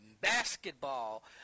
basketball